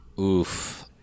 oof